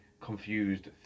confused